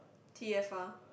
t_f_r